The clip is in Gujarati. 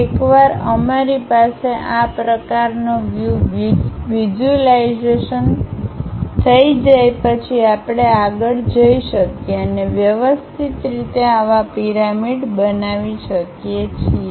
એકવાર અમારી પાસે આ પ્રકારનું વ્યૂ વિઝ્યુલાઇઝેશન થઈ જાય પછી આપણે આગળ જઈ શકીએ અને વ્યવસ્થિત રીતે આવા પિરામિડ બનાવી શકીએ છીએ